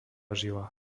žila